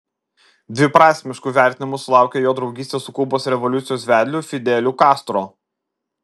dviprasmiškų vertinimų sulaukė jo draugystė su kubos revoliucijos vedliu fideliu castro